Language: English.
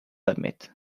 admit